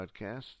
podcast